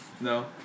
No